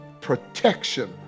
protection